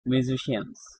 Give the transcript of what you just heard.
musicians